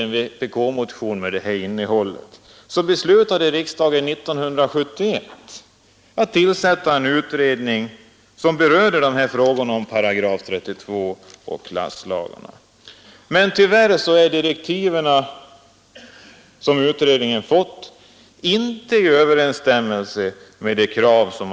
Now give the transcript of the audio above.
Målen för rationaliseringarna skall vara ökad produktivitet, ökad arbetstillfredsställelse, bättre arbetsmiljö och trygghet i anställningen. Den målsättningen känner vi igen — först står alltså ökad produktivitet.